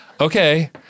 okay